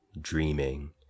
dreaming